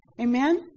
Amen